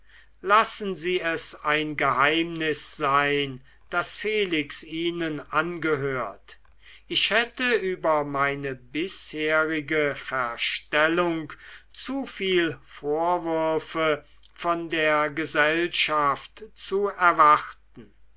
lassen sie es ein geheimnis sein daß felix ihnen angehört ich hätte über meine bisherige verstellung zu viel vorwürfe von der gesellschaft zu erwarten